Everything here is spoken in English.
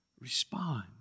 respond